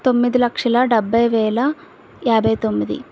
తొమ్మిది లక్షల డెబ్భై వేల యాభై తొమ్మిది